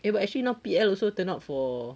eh but actually now P_L also turn out for